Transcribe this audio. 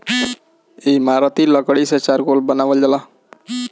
इमारती लकड़ी से चारकोल बनावल जाला